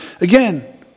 Again